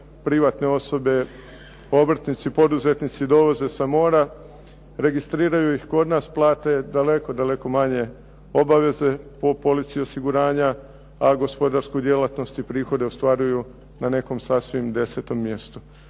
privatne osobe povrtnici, poduzetnici dovoze sa mora, registriraju ih kod nas, plate daleko, daleko manje obaveze po polici osiguranja, a gospodarsku djelatnost i prihode ostvaruju na nekom sasvim desetom mjestu.